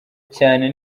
cyane